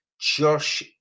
Josh